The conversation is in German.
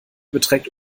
beträgt